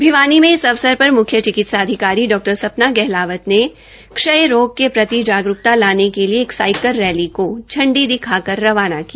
भिवानी में इस अवसर पर मुख्य चिकित्सा अधिकारी डॉ सपना गहलावत ने क्षय रोग के प्रति जागरूकता लाने के लिए एक साईकल रैली को झंडी दिखाकर रवाना किया